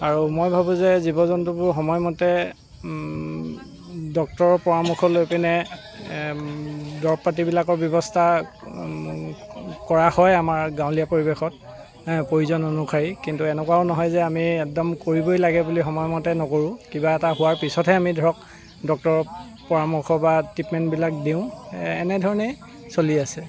আৰু মই ভাবোঁ যে জীৱ জন্তুবোৰ সময়মতে ডক্তৰৰ পৰামৰ্শ লৈ পিনে দৰব পাতিবিলাকৰ ব্যৱস্থা কৰা হয় আমাৰ গাঁৱলীয়া পৰিৱেশত হে প্ৰয়োজন অনুসাৰি কিন্তু এনেকুৱাও নহয় যে আমি একদম কৰিবই লাগে বুলি সময়মতে নকৰোঁ কিবা এটা হোৱাৰ পিছতহে আমি ধৰক ডক্তৰৰ পৰামৰ্শ বা ট্ৰিটমেণ্টবিলাক দিওঁ এনেধৰণেই চলি আছে